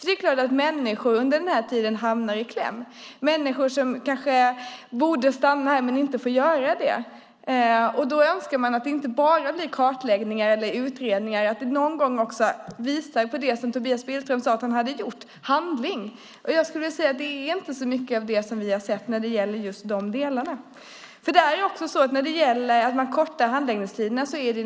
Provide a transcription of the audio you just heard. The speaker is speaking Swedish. Det är klart att människor under den här tiden hamnar i kläm, människor som kanske borde stanna här men inte får göra det. Då önskar man inte bara nya kartläggningar eller utredningar utan att det någon gång också visas det som Tobias Billström sade att han hade utfört, nämligen handling. Jag skulle vilja säga att det inte är så mycket av det som vi har sett när det gäller just de delarna. Det är naturligtvis väldigt positivt att man kortar handläggningstiderna.